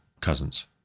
cousins